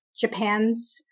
Japan's